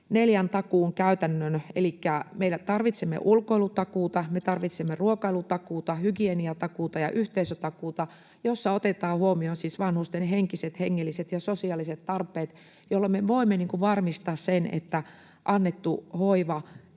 neljän takuun käytännön. Elikkä me tarvitsemme ulkoilutakuuta, me tarvitsemme ruokailutakuuta, hygieniatakuuta ja yhteisötakuuta, jossa otetaan huomioon siis vanhusten henkiset, hengelliset ja sosiaaliset tarpeet, jolloin me voimme varmistaa sen, että annettu hoiva